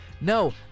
No